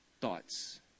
thoughts